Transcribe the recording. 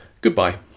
goodbye